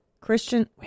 Christian